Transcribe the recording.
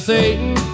Satan